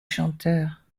chanteur